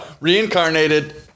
reincarnated